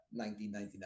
1999